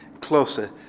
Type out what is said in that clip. closer